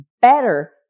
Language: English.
better